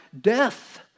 death